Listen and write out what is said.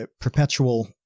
perpetual